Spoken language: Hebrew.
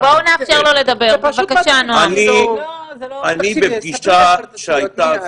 אני בפגישה שהייתה,